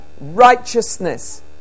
righteousness